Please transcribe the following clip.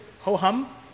ho-hum